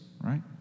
right